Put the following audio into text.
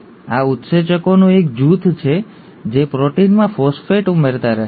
આ ઉત્સેચકોનું એક જૂથ છે જે પ્રોટીનમાં ફોસ્ફેટ ઉમેરતા રહે છે